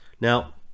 now